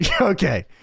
Okay